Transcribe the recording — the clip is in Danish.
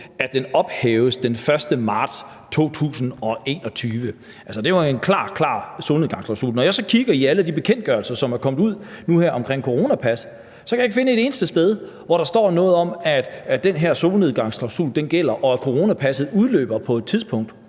at den ophæves den 1. marts 2021. Altså, det er jo en meget klar solnedgangsklausul. Når jeg så kigger i alle de bekendtgørelser, som er kommet ud nu her omkring coronapasset, kan jeg ikke finde et eneste sted, hvor der står noget om, at den her solnedgangsklausul gælder, og at coronapasset udløber på et tidspunkt.